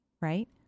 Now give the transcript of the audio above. Right